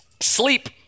sleep